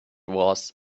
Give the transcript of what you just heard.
was